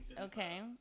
Okay